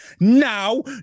now